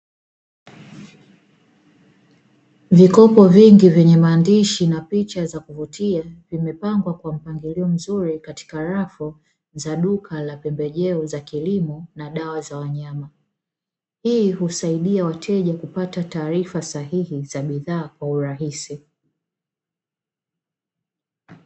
Vikopo vingi vyenye maandishi na picha za kuvutia, vimepangwa kwa mpangilio mzuri katika rafu za duka la pembejeo za kilimo na dawa za wanyama. Hii husaidia wateja kupata taarifa sahihi za bidhaa kwa urahisi.